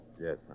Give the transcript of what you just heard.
Yes